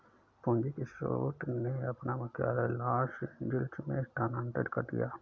पूंजी के स्रोत ने अपना मुख्यालय लॉस एंजिल्स में स्थानांतरित कर दिया